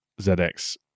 ZX